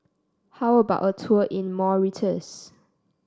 how about a tour in Mauritius